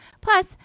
Plus